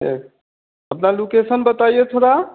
है अपना लोकेशन बताईए थोड़ा